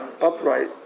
upright